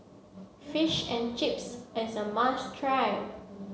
fish and Chips is a must try